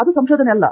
ಅದು ಸಂಶೋಧನೆ ಅಲ್ಲ